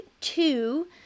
two